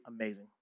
amazing